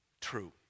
true